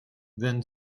then